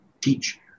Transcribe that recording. teach